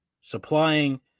Supplying